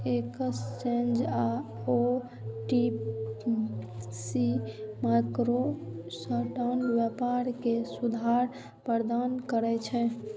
exchange आ OTC market spot व्यापार के सुविधा प्रदान करै छै